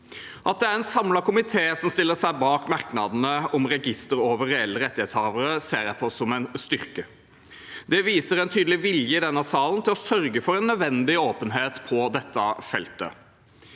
At det er en samlet komité som stiller seg bak merknadene om register over reelle rettighetshavere, ser jeg på som en styrke. Det viser en tydelig vilje i denne salen til å sørge for en nødvendig åpenhet på dette feltet,